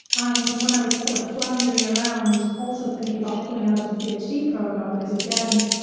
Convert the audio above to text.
and when i was sort of floundering around, also thinking about pulling out of the ph. d. program, because again,